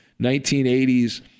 1980s